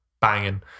Banging